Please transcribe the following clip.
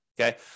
okay